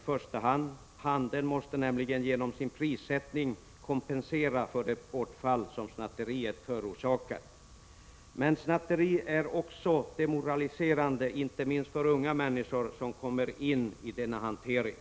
första hand konsumenterna— handeln måste nämligen genom sin prissättning kompensera det bortfall som snatteriet förorsakar. Snatteriet är också demoraliserande, inte minst för ungdomar som kommer in i denna hantering.